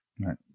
right